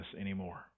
anymore